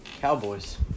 Cowboys